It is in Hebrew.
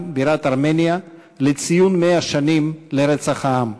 בירת ארמניה לציון 100 שנים לרצח העם,